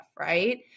right